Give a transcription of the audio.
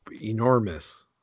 enormous